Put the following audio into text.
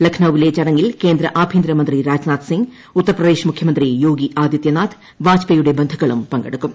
ലക്നൌവിലെ ചടങ്ങിൽ കേന്ദ്ര ആഭ്യന്തരമന്ത്രി രാജ്നാഥ്സിംഗ് ഉത്തർപ്രദേശ് മുഖ്യമന്ത്രി യോഗി ആദിത്യനാഥ് വാജ്പേയിയുടെ ബന്ധുക്കളും പങ്കെടുക്കും